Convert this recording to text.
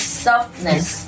softness